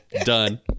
Done